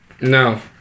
No